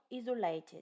isolated